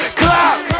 clap